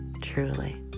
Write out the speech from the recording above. truly